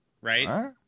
right